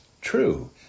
true